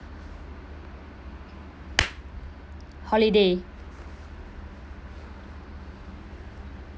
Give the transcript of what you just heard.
holiday